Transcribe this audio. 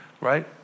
right